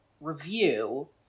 review